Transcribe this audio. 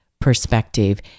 perspective